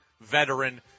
veteran